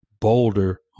boulder